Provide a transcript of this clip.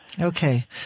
Okay